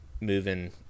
Moving